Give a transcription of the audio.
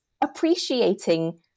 appreciating